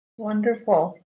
Wonderful